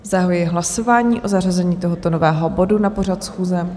Zahajuji hlasování o zařazení tohoto nového bodu na pořad schůze.